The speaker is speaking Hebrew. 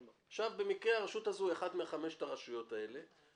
במקרה הרשות הזאת היא אחת מחמש הרשויות האלה,